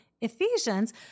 Ephesians